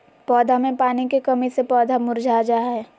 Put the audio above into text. पौधा मे पानी के कमी से पौधा मुरझा जा हय